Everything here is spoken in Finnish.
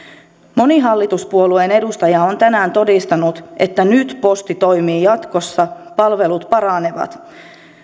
moni hallituspuolueen edustaja on tänään todistanut että nyt posti toimii jatkossa palvelut paranevat